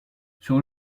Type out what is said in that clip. sur